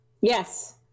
yes